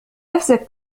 نفسك